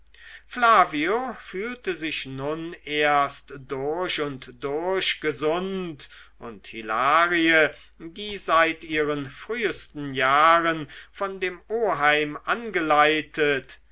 fühlte sich nun erst durch und durch gesund und hilarie seit ihren frühsten jahren von dem oheim angeleitet